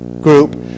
group